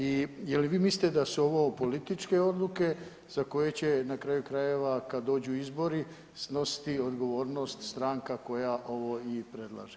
I jel vi mislite da su ovo političke odluke za koje će na kraju krajeva kada dođu izbori snositi odgovornost stranka koja ovo i predlaže?